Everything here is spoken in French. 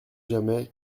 jamais